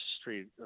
street